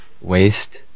waste